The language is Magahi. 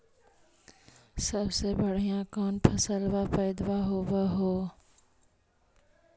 सबसे बढ़िया कौन फसलबा पइदबा होब हो?